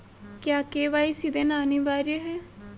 क्या के.वाई.सी देना अनिवार्य है?